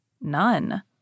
None